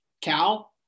Cal